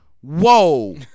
whoa